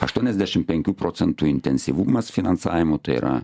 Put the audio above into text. aštuoniasdešim penkių procentų intensyvumas finansavimo tai yra